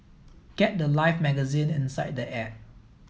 get the life magazine inside the app